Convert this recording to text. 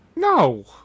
No